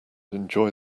enjoy